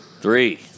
three